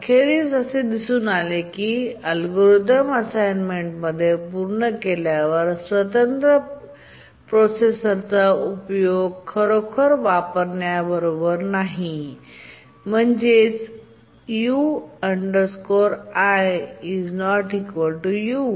अखेरीस असे दिसून आले आहे की अल्गोरिदमने असाइनमेंट पूर्ण केल्यावर स्वतंत्र प्रोसेसरचा उपयोग खरोखर वापरण्याच्या बरोबर नाही म्हणजेच u i ≠ u